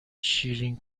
شیرین